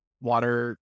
water